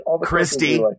Christy